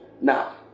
Now